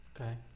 Okay